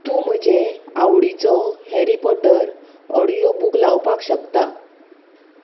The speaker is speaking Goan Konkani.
तूं म्हजे आवडीचो हॅरी पॉटर ऑडियो बूक लावपाक शकता